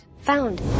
Found